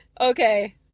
Okay